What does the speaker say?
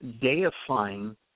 Deifying